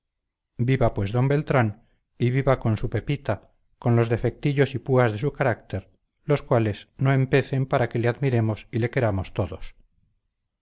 viva pues d beltrán y viva con su pepita con los defectillos y púas de su carácter los cuales no empecen para que le admiremos y le queramos todos